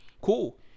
cool